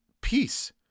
peace